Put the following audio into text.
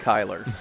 Kyler